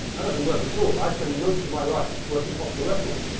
that doesn't work at all. i spend most of my life working off the record.